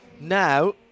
Now